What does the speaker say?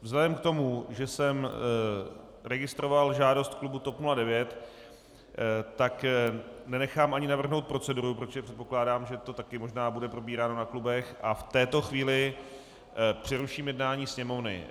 Vzhledem k tomu, že jsem registroval žádost klubu TOP 09, tak nenechám ani navrhnout proceduru, protože předpokládám, že to taky možná bude probíráno na klubech, a v této chvíli přeruším jednání Sněmovny.